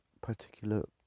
particular